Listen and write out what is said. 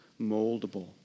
moldable